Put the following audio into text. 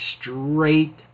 straight